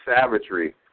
savagery